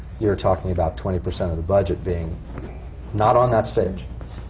you're talking about twenty percent of the budget being not on that stage.